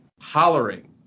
hollering